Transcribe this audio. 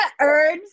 earn